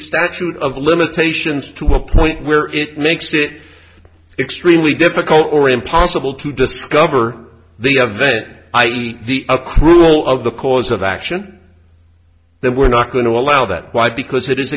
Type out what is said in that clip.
statute of limitations to a point where it makes it extremely difficult or impossible to discover the event i e the accrual of the cause of action then we're not going to allow that why because it is